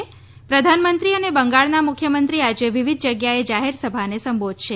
પ્રધાનમંત્રી અને બંગાળના મુખ્યમંત્રી આજે વિવિધ જગ્યાએ જાહેરસભાને સંબોધશે